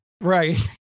right